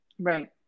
Right